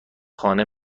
خانه